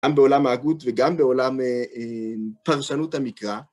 גם בעולם ההגות וגם בעולם פרשנות המקרא.